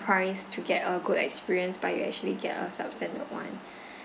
price to get a good experience but you actually get a substandard one